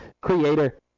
creator